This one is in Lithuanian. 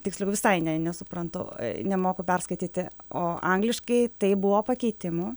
tiksliau visai ne nesuprantu nemoku perskaityti o angliškai taip buvo pakeitimų